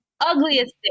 ugliest